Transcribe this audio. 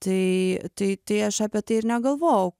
tai tai tai aš apie tai ir negalvojau